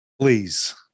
Please